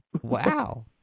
Wow